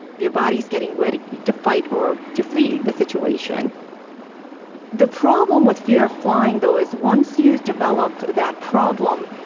your body's getting ready to fight or to flee the situation the problem with fear of flying, though, is once you've developed that problem,